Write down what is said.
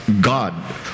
god